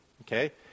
okay